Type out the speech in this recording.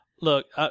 Look